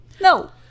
No